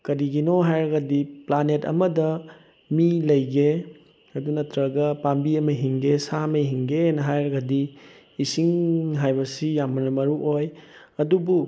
ꯀꯔꯤꯒꯤꯅꯣ ꯍꯥꯏꯔꯒꯗꯤ ꯄ꯭ꯂꯥꯅꯦꯠ ꯑꯃꯗ ꯃꯤ ꯂꯩꯒꯦ ꯑꯗꯨ ꯅꯠꯇ꯭ꯔꯒ ꯄꯥꯝꯕꯤ ꯑꯃ ꯍꯤꯡꯒꯦ ꯁꯥ ꯑꯃ ꯍꯤꯡꯒꯦꯅ ꯍꯥꯏꯔꯒꯗꯤ ꯏꯁꯤꯡ ꯍꯥꯏꯕꯁꯤ ꯌꯥꯝꯅ ꯃꯔꯨ ꯑꯣꯏ ꯑꯗꯨꯕꯨ